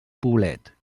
poblet